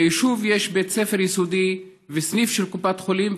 ביישוב יש בית ספר יסודי וסניף של קופת חולים,